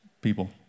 people